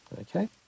Okay